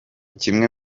kimwe